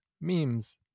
memes